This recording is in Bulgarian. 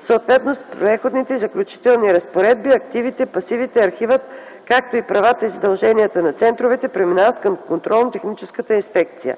съответно с преходните и заключителни разпоредби активите, пасивите, архивът, както и правата и задълженията на центровете преминават към Контролно-техническата инспекция.